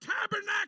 tabernacle